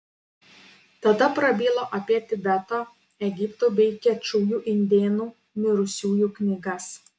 tada prabilo apie tibeto egipto bei kečujų indėnų mirusiųjų knygas